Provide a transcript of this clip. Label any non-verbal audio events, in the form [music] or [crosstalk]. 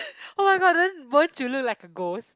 [laughs] oh-my-god then won't you look like a ghost